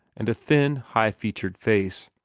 and a thin, high-featured face.